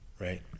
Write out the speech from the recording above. right